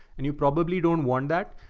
and you probably don't want that.